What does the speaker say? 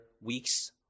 weeks